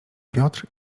piotr